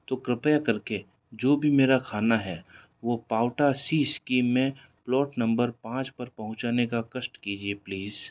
तो कृपया करके जो भी मेरा खाना है वो पाउटा सी स्कीम में प्लॉट नम्बर पाँच पर पहुंचाने का कष्ट कीजिए प्लीस